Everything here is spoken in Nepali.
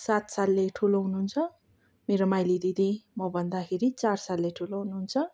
सात सालले ठुलो हुनुहुन्छ मेरो माइली दिदी म भन्दाखेरि चार सालले ठुलो हुनुहुन्छ